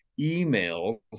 emails